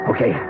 Okay